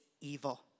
evil